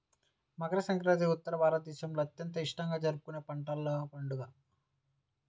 మకర సంక్రాంతి ఉత్తర భారతదేశంలో అత్యంత ఇష్టంగా జరుపుకునే పంటల పండుగ